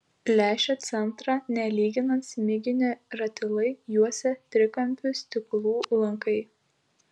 lęšio centrą nelyginant smiginio ratilai juosė trikampių stiklų lankai